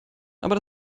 aber